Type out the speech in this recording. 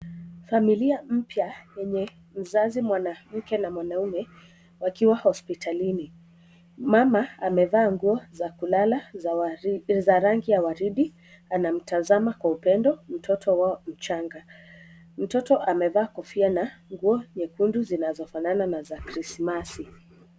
Familia mpya yenye mzazi mwanamke na mwanaume wakiwa hospitalini ,mama amevaa nguo za kulala za rangi ya waridi anamtazama Kwa upendo mtoto wao mchanga. Mtoto amevaa kofia na nguo nyekundu na zinazofanana na za krismasi.